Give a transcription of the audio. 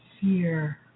fear